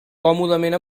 còmodament